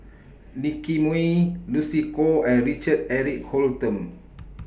Nicky Moey Lucy Koh and Richard Eric Holttum